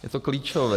Je to klíčové.